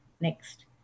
Next